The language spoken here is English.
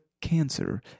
cancer